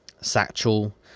satchel